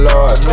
Lord